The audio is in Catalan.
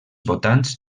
votants